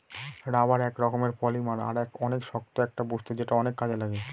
rubber এক রকমের polymer আর অনেক শক্ত একটা বস্তু যেটা অনেক কাজে লাগে